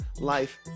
life